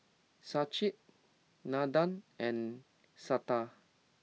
Sachin Nandan and Santha